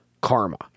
karma